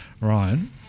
ryan